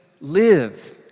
live